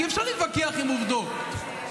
אי-אפשר להתווכח עם עובדות.